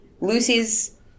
Lucy's